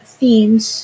themes